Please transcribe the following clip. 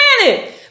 planet